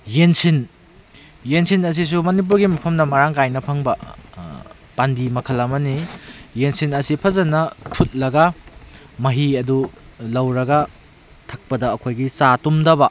ꯌꯦꯟꯁꯤꯟ ꯌꯦꯟꯁꯤꯟ ꯑꯁꯤꯁꯨ ꯃꯅꯤꯄꯨꯔꯒꯤ ꯃꯐꯝꯗ ꯃꯔꯥꯡ ꯀꯥꯏꯅ ꯐꯪꯕ ꯄꯥꯝꯕꯤ ꯃꯈꯜ ꯑꯃꯅꯤ ꯌꯦꯟꯁꯤꯟ ꯑꯁꯤ ꯐꯖꯅ ꯐꯨꯠꯂꯒ ꯃꯍꯤ ꯑꯗꯨ ꯂꯧꯔꯒ ꯊꯛꯄꯗ ꯑꯩꯈꯣꯏꯒꯤ ꯆꯥ ꯇꯨꯝꯗꯕ